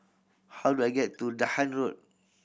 how do I get to Dahan Road